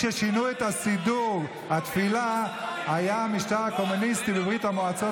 ששינו את סידור התפילה היו המשטר הקומוניסטי בברית המועצות.